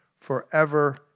forever